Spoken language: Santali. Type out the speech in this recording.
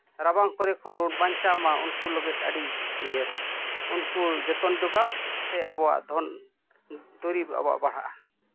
ᱨᱟᱵᱟᱝ ᱠᱚᱨᱮ ᱠᱷᱚᱱ ᱵᱚᱱ ᱵᱟᱧᱪᱟᱣᱢᱟ ᱩᱱᱠᱩ ᱞᱟᱹᱜᱤᱫ ᱟᱹᱰᱤᱧ ᱩᱭᱦᱟᱹᱨᱟ ᱩᱱᱠᱩ ᱡᱚᱛᱚᱱ ᱡᱚᱜᱟᱣᱛᱮ ᱟᱵᱚᱣᱟᱜ ᱫᱷᱚᱱ ᱫᱩᱨᱤᱵ ᱟᱵᱚᱣᱟᱜ ᱵᱟᱲᱦᱟᱜᱼᱟ